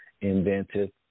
invented